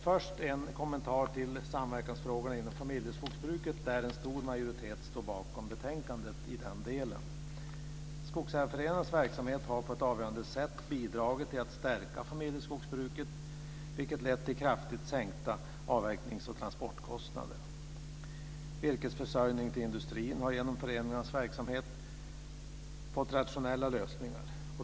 Först har jag en kommentar till samverkansfrågorna inom familjeskogsbruket, där en stor majoritet står bakom betänkandet i den delen. Skogsägarföreningarnas verksamhet har på ett avgörande sätt bidragit till att stärka familjeskogsbruket, vilket har lett till kraftigt sänkta avverknings och transportkostnader. Virkesförsörjningen till industrin har genom föreningarnas verksamhet fått rationella lösningar.